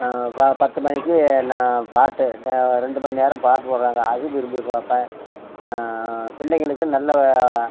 ப பத்து மணிக்கு நே பாட்டு நே ரெண்டு மணி நேரம் பாட்டு போடுறாங்க அதுவும் விரும்பி பார்ப்பேன் பிள்ளைகளுக்கு நல்ல